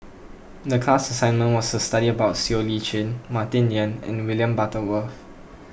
the class assignment was to study about Siow Lee Chin Martin Yan and William Butterworth